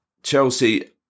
Chelsea